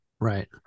right